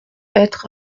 être